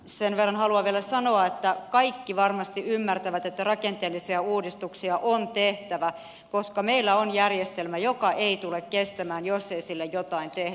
sen verran haluan vielä sanoa että kaikki varmasti ymmärtävät että rakenteellisia uudistuksia on tehtävä koska meillä on järjestelmä joka ei tule kestämään jos ei sille jotain tehdä